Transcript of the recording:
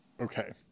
Okay